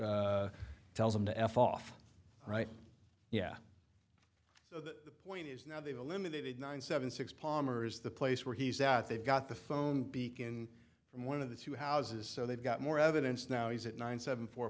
cohort tells them to f off right yeah so the point is now they've eliminated nine seven six palmers the place where he's at they've got the phone beacon from one of the two houses so they've got more evidence now is it nine seven four